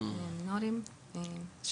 זה